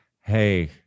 hey